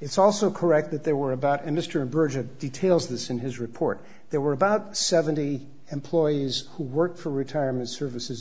it's also correct that there were about a mr burgess details this in his report there were about seventy employees who work for retirement services